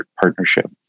partnership